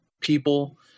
people